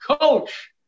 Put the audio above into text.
Coach